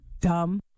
dumb